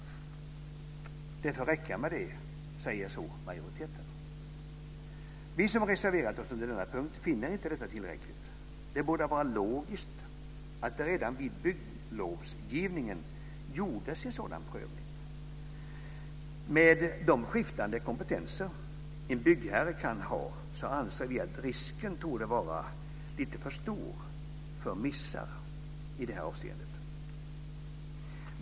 Det får räcka med det, säger så majoriteten. Vi som reserverat oss under denna punkt finner inte detta tillräckligt. Det borde vara logiskt att det redan vid bygglovsgivningen gjordes en sådan prövning. Med tanke på att byggherrar kan ha skiftande kompetens anser vi att risken torde vara lite för stor för missar i detta avseende.